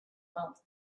mouth